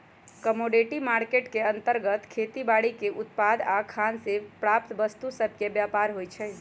commodity market के अंतर्गत खेती बाड़ीके उत्पाद आऽ खान से प्राप्त वस्तु सभके व्यापार होइ छइ